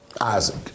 Isaac